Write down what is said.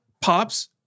pops